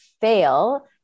fail